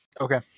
Okay